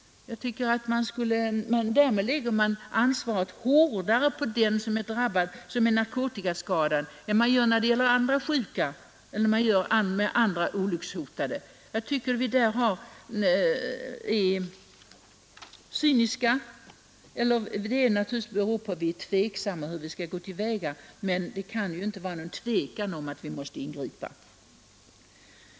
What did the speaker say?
Jag tycker att därmed lägger man ansvaret hårdare på den som är narkotikaskadad än man gör när det gäller andra sjuka eller olyckshotade. Vi är cyniska härvidlag; det beror naturligtvis på att vi är tveksamma om hur vi skall gå till väga. Men det kan inte vara någon tvekan om att vi måste ingripa.